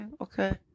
okay